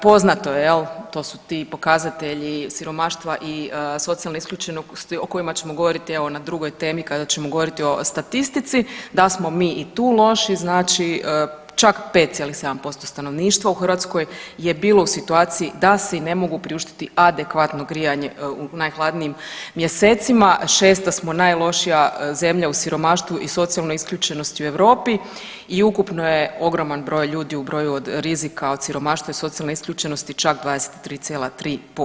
Poznato je jel, to su ti pokazatelji siromaštva i socijalne isključenosti o kojima ćemo govoriti evo na drugoj temi kada ćemo govoriti o statistici da smo mi i tu loši, znači čak 5,7% stanovništva u Hrvatskoj je bilo u situaciji da si ne mogu priuštiti adekvatno grijanje u najhladnijim mjesecima, šesta smo najlošija zemlja u siromaštvu i socijalnoj isključenosti u Europi i ukupno je ogroman broj ljudi u broju od rizika od siromaštva i socijalne isključenosti, čak 23,3%